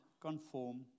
conform